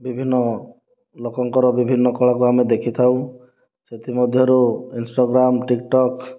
ବିଭିନ୍ନ ଲୋକଙ୍କର ବିଭିନ୍ନ କଳାକୁ ଆମେ ଦେଖି ଥାଉ ସେଥିମଧ୍ୟରୁ ଇନ୍ଷ୍ଟାଗ୍ରାମ ଟିକଟକ